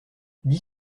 dix